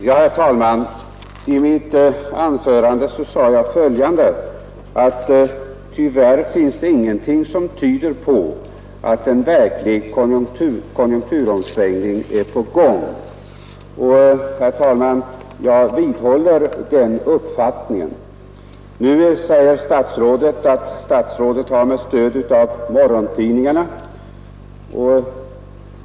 Herr talman! I mitt anförande sade jag att det tyvärr inte finns någonting som tyder på att en verklig konjunkturomsvängning är på gång, och jag vidhåller den uppfattningen, herr talman. Statsrådet säger nu att han med stöd av morgontidningarna fått en annan uppfattning.